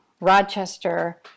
rochester